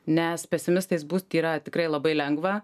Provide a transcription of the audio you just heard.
nes pesimistais būt yra tikrai labai lengva